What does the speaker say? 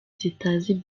zitazi